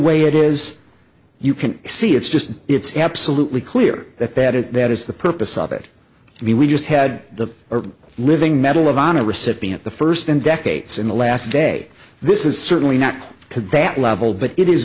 way it is you can see it's just it's absolutely clear that that is that is the purpose of it i mean we just had the are living medal of honor recipient the first in decades in the last day this is certainly not to that level but it is